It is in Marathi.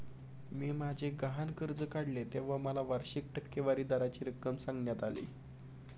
मी माझे गहाण कर्ज काढले तेव्हा मला माझ्या वार्षिक टक्केवारी दराची रक्कम सांगण्यात आली